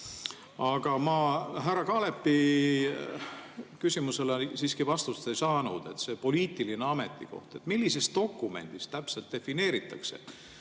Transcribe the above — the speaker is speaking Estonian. Aga ma härra Kaalepi küsimusele vastust ei saanud. See oli see poliitiline ametikoht. Millises dokumendis täpselt defineeritakse,